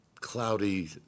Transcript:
cloudy